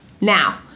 Now